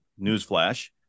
newsflash